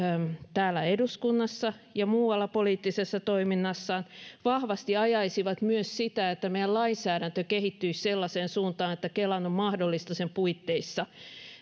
täällä eduskunnassa ja muualla poliittisessa toiminnassaan vahvasti ajaisivat myös sitä että meidän lainsäädäntömme kehittyisi sellaiseen suuntaan että kelan on mahdollista sen puitteissa